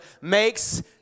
makes